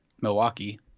Milwaukee